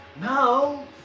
Now